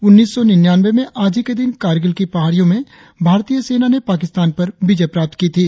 उन्नीस सौ निन्यानवें में आज ही के दिन कारगिल की पहाडियों में भारतीय सेना ने पाकिस्तान पर विजय प्राप्त की थी